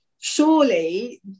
surely